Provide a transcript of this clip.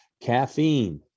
caffeine